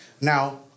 Now